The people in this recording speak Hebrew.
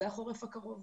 זה החורף הקרוב.